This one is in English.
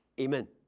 amen.